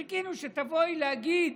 חיכינו שתבואי להגיד